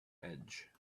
edge